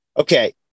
Okay